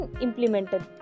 implemented